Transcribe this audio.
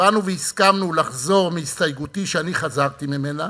באנו והסכמנו לחזור מהסתייגותי, ואני חזרתי ממנה